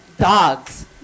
dogs